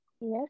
Yes